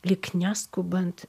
lyg neskubant